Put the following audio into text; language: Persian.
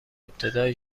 ابتدای